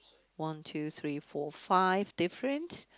one two three four five different